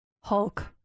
Hulk